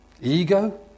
Ego